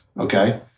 Okay